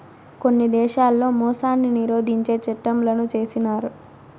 కొన్ని దేశాల్లో మోసాన్ని నిరోధించే చట్టంలను చేసినారు